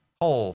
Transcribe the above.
hole